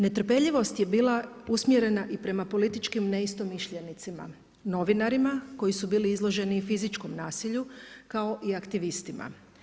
Netrpeljivost je bila usmjerena i prema političkim neistomišljenicima, novinarima koji su bili izloženi i fizičkom nasilju kao i aktivistima.